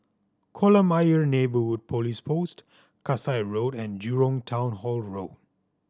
Kolam Ayer Neighbourhood Police Post Kasai Road and Jurong Town Hall Road